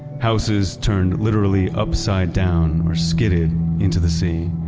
houses turned literally upside down or skidded into the sea.